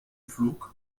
flug